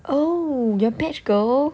oh your batch girl